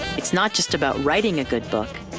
it's not just about writing a good book,